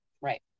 right